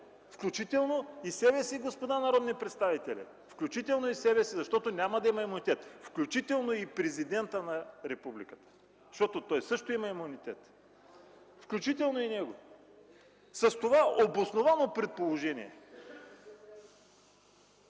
включително и себе си, господа народни представители! Включително и себе си, защото няма да има имунитет! Включително и президента на републиката, защото той също има имунитет! Включително и него включвате с това „обосновано предположение”.